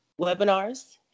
webinars